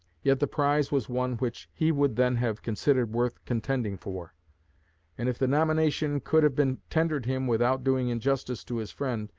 yet the prize was one which he would then have considered worth contending for and if the nomination could have been tendered him without doing injustice to his friend,